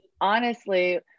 honestly-